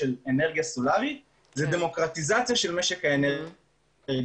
אנרגיה סולרית זה דמוקרטיזציה של משק האנרגיה.